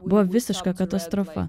buvo visiška katastrofa